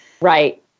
right